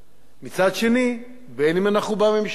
בין שאנחנו בממשלה ובין שאנחנו באופוזיציה,